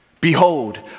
Behold